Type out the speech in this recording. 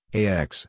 ax